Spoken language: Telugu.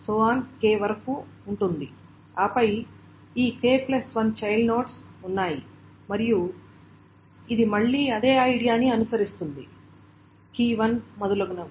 k వరకు ఉంటుంది ఆపై ఈ k1 చైల్డ్ నోడ్స్ ఉన్నాయి మరియు ఇది మళ్లీ అదే ఐడియా ని అనుసరిస్తుంది key1 మొదలగునవి